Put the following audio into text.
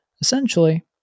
essentially